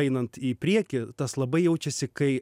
einant į priekį tas labai jaučiasi kai